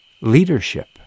Leadership